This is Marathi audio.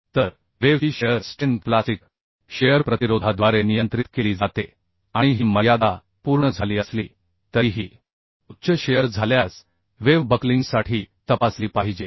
तर वेव्ह ची शिअर स्ट्रेंथ प्लास्टिक शिअर प्रतिरोधाद्वारे नियंत्रित केली जाते आणि ही मर्यादा पूर्ण झाली असली तरीही उच्च शिअर झाल्यास वेव्ह बक्लिंगसाठी तपासली पाहिजे